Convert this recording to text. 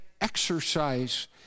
exercise